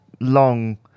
long